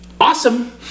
Awesome